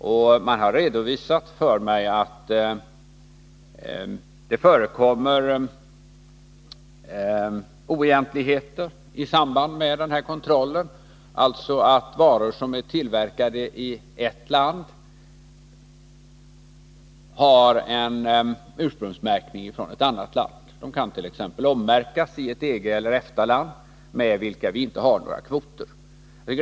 Det har redovisats för mig att det förekommer oegentligheter när det gäller denna kontroll. Varor som är tillverkade i ett land kan ha en ursprungsmärkning från ett annat land. Varorna kan t.ex. ommärkas i ett EG eller EFTA-land, gentemot vilka vi inte har några kvotbestämmelser.